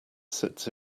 sits